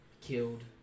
killed